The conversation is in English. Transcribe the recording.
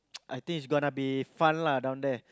I think is gonna be fun lah down there